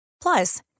Plus